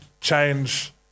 change